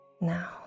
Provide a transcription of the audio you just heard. Now